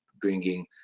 bringing